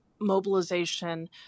mobilization